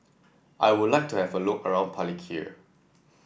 I would like to have a look around Palikir